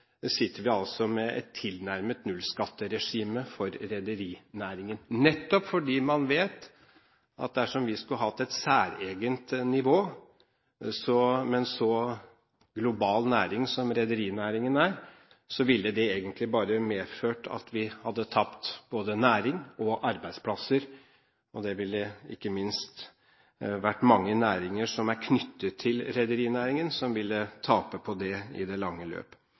sitter vi altså med et tilnærmet nullskatteregime for rederinæringen, nettopp fordi man vet at dersom vi skulle hatt et særegent nivå med en så global næring som rederinæringen er, ville det egentlig bare medført at vi hadde tapt både næring og arbeidsplasser. Det ville ikke minst mange næringer som er knyttet til rederinæringen, tape på i det lange løp.